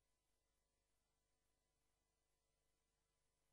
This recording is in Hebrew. זאת מעילה באמון.